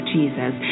Jesus